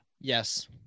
Yes